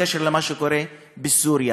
על מה שקורה בסוריה: